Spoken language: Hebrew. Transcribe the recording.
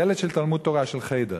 ילד של תלמוד-תורה, של "חדר".